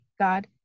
God